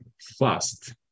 fast